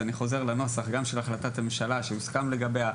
אז כשיש דילמה כזו אני חוזר לנוסח של החלטת הממשלה שהוסכם לגביו.